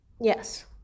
Yes